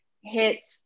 hit